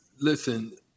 listen